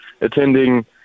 attending